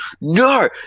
No